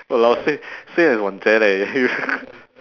!walao! same same as wan jie leh you